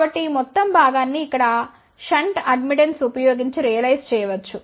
ఇక్కడ ఈ మొత్తం భాగాన్ని ఇక్కడ షంట్ అడ్మిటెన్స్ ఉపయోగించి రియలైజ్ చేయవచ్చు